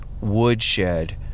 woodshed